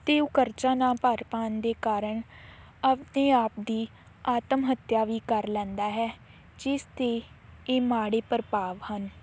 ਅਤੇ ਉਹ ਕਰਜ਼ਾ ਨਾ ਭਰ ਪਾਉਣ ਦੇ ਕਾਰਨ ਆਪਣੇ ਆਪ ਦੀ ਆਤਮ ਹੱਤਿਆ ਵੀ ਕਰ ਲੈਂਦਾ ਹੈ ਜਿਸ ਦੀ ਇਹ ਮਾੜੇ ਪ੍ਰਭਾਵ ਹਨ